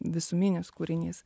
visuminis kūrinys